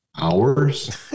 hours